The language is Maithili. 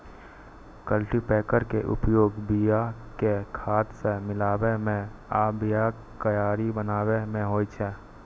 कल्टीपैकर के उपयोग बिया कें खाद सं मिलाबै मे आ बियाक कियारी बनाबै मे होइ छै